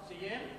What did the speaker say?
סיים?